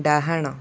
ଡାହାଣ